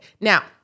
Now